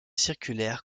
circulaire